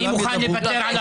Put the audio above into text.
חבר הכנסת מקלב.